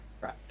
Right